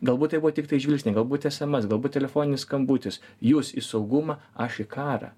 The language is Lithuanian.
galbūt tai buvo tiktai žvilgsniai galbūt esemes galbūt telefoninis skambutis jūs į saugumą aš į karą